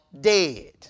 dead